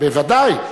בוודאי.